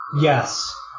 yes